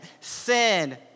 Sin